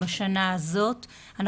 באיזה יישובים?